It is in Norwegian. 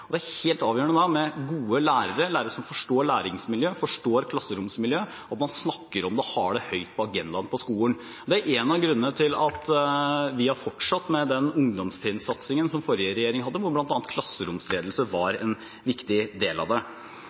er det helt avgjørende med gode lærere, lærere som forstår læringsmiljø, og forstår klasseromsmiljø, og at man snakker om det og har det høyt på agendaen på skolen. Det er en av grunnene til at vi har fortsatt med den ungdomstrinnsatsingen som forrige regjering hadde, hvor bl.a. klasseromsledelse var en viktig del av det. Så har vi den store økningen i videreutdanning. Det